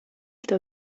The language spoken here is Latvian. tev